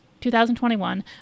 2021